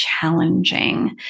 challenging